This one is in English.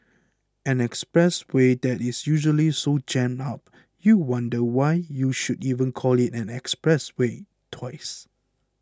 an expressway that is usually so jammed up you wonder why you should even call it an expressway twice